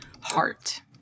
Heart